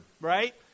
right